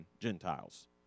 Gentiles